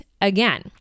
again